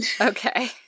Okay